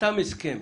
חתם הסכם,